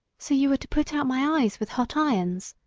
so you are to put out my eyes with hot irons?